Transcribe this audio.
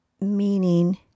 meaning